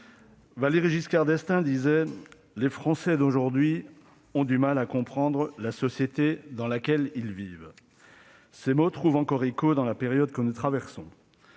Valéry Giscard d'Estaing disait :« Les Français d'aujourd'hui ont du mal comprendre la société dans laquelle ils vivent. » Ces mots trouvent encore écho dans la période que nous traversons.